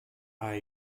are